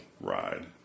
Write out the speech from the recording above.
ride